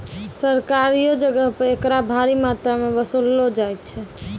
सरकारियो जगहो पे एकरा भारी मात्रामे वसूललो जाय छै